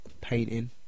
painting